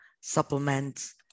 supplements